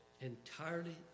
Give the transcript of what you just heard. entirely